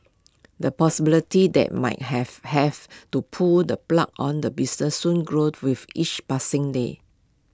the possibility that might have have to pull the plug on the business soon grow with each passing day